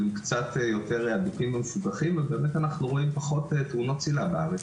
הם קצת יותר מבוקרים ומפוקחים ואנחנו רואים פחות תאונות צלילה בארץ.